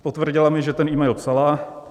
Potvrdila mi, že ten email psala.